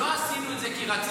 לא עשינו את זה כי רצינו,